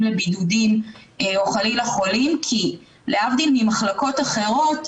לבידודים או חלילה חולים כי להבדיל ממחלקות אחרות,